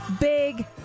big